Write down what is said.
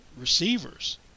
receivers